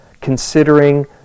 Considering